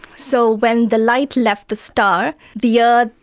so when the light left the star, the earth,